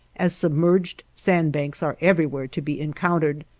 as submerged sandbanks are everywhere to be encountered,